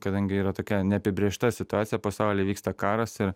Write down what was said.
kadangi yra tokia neapibrėžta situacija pasauly vyksta karas ir